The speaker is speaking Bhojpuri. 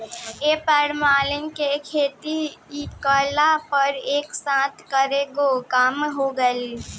ए प्रणाली से खेती कइला पर एक साथ कईगो काम हो जाला